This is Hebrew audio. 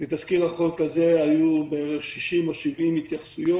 לתזכיר החוק הזה היו בערך 60 או 70 התייחסויות